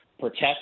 protect